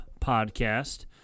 Podcast